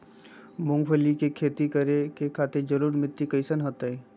मूंगफली के खेती करें के खातिर जलोढ़ मिट्टी कईसन रहतय?